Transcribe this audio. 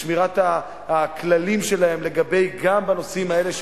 בשמירת הכללים שלהן גם בנושאים האלה,